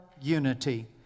unity